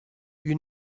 you